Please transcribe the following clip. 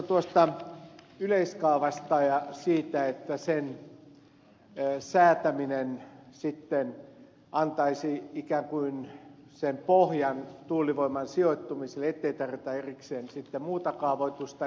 mutta tuosta yleiskaavasta ja siitä että sen säätäminen antaisi ikään kuin sen pohjan tuulivoiman sijoittumiselle ettei tarvita erikseen sitten muuta kaavoitusta